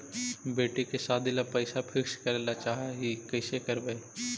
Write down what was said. बेटि के सादी ल पैसा फिक्स करे ल चाह ही कैसे करबइ?